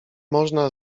można